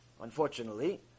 unfortunately